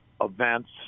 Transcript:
events